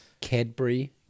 Cadbury